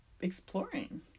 exploring